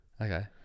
okay